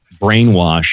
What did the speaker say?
brainwash